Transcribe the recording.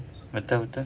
betul betul